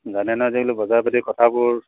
জানে ন' আজিকালি বজাৰ পাতি কথাবোৰ